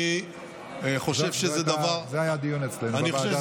זה היה בדיון אצלנו בוועדה.